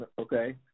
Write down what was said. Okay